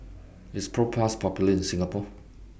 IS Propass Popular in Singapore